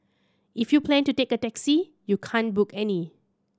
if you plan to take a taxi you can't book any